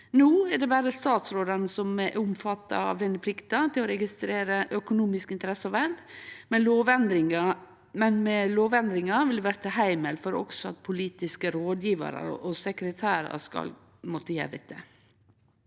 No er det berre statsråden som er omfatta av denne plikta til å registrere økonomiske interesser og verv, men med lovendringa vil det verte heimel for at også politiske rådgjevarar og sekretærar skal måtte gjere dette.